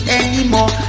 anymore